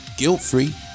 guilt-free